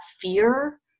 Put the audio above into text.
fear